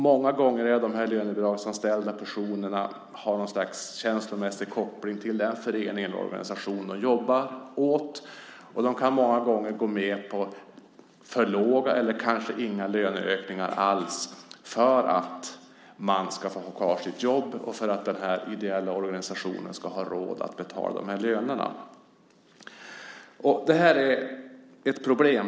Många gånger har de lönebidragsanställda personerna något slags känslomässig koppling till den förening eller organisation som de jobbar åt. Och många gånger kan de gå med på för låga eller kanske inga löneökningar alls för att få ha kvar jobbet och för att den ideella organisationen ska ha råd att betala ut de här lönerna. Detta är ett problem.